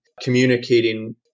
communicating